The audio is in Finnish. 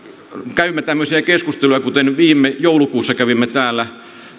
käymme siinä tämmöisiä keskusteluja kuten viime joulukuussa kävimme täällä